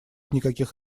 никаких